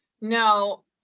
No